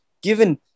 given